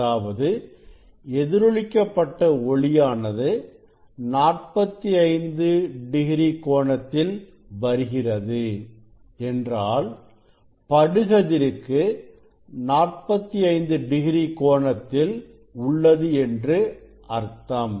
அதாவது எதிரொலிக்கப்பட்ட ஒளியானது 45 கோணத்தில் வருகிறது என்றாள் கீற்றணியானது படுகதிருக்கு 45 டிகிரி கோணத்தில் உள்ளது என்று அர்த்தம்